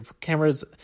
cameras